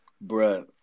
Bro